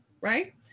right